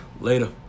Later